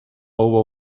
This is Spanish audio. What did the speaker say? hubo